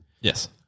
yes